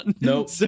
nope